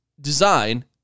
design